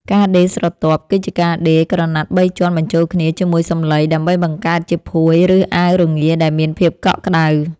ការដេរស្រទាប់ គឺជាការដេរក្រណាត់បីជាន់បញ្ចូលគ្នាជាមួយសំឡី ដើម្បីបង្កើតជាភួយ ឬអាវរងាដែលមានភាពកក់ក្ដៅ។